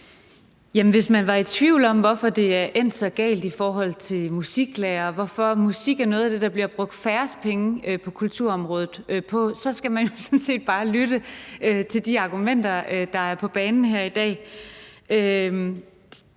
Hvis man var i tvivl om, hvorfor det er endt så galt i forhold til musiklærere, og hvorfor musik er noget af det, der bliver brugt færrest penge på på kulturområdet, så skal man sådan set bare lytte til de argumenter, der er på banen her i dag.